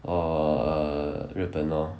or err 日本 lor